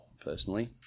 personally